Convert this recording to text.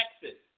Texas